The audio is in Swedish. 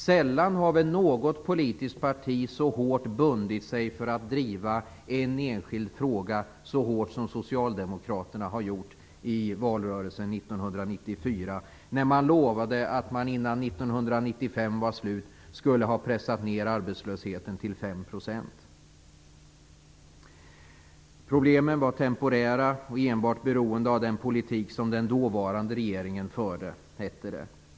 Sällan har väl något politiskt parti så hårt bundit sig för att driva en enskild fråga som socialdemokraterna har gjort i valrörelsen 1994, när man lovade att man innan 1995 var slut skulle ha pressat ned arbetslösheten till 5 %. Problemen var temporära och enbart beroende av den politik som den dåvarande regeringen förde, hette det.